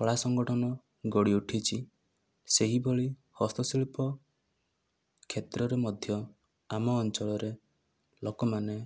କଳା ସଂଗଠନ ଗଢ଼ି ଉଠିଛି ସେହିଭଳି ହସ୍ତଶିଳ୍ପ କ୍ଷେତ୍ରରେ ମଧ୍ୟ ଆମ ଅଞ୍ଚଳରେ ଲୋକମାନେ